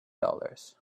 dollars